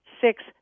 six